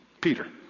Peter